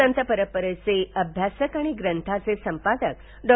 संत परंपरेचे अभ्यासक आणि ग्रंथाचे संपादक डॉ